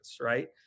right